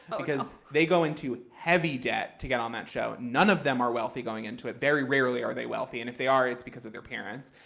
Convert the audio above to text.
oh no. because they go into heavy debt to get on that show. none of them are wealthy going into it. very rarely are they wealthy, and if they are, it's because of their parents.